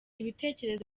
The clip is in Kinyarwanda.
ibitekerezo